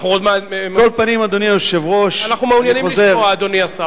אנחנו מעוניינים לשמוע, אדוני השר.